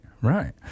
right